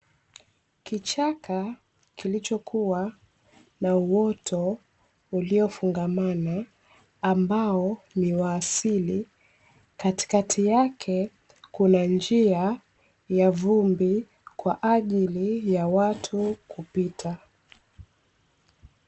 Kichaka kilichokuwa na uoto uliofungamana ambao ni wa asili, katikati yake kuna njia ya vumbi kwa ajili ya watu kupita.